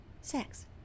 Sex